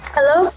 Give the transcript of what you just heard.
Hello